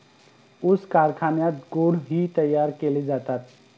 ऊस कारखान्यात गुळ ही तयार केले जातात